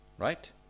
Right